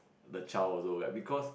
the child also like because